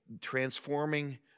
transforming